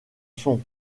son